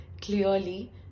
clearly